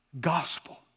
Gospel